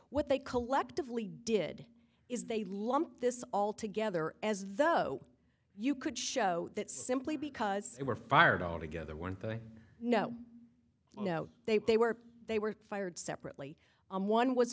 what they collectively did is they lump this all together as though you could show that simply because they were fired altogether one thing no no they they were they were fired separately one was